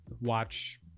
watch